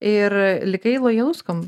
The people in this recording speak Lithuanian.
ir likai lojalus kam